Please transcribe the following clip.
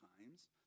times